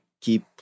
Keep